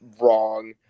wrong